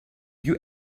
you